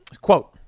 Quote